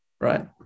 right